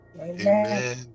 Amen